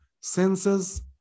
senses